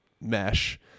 mesh